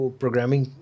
programming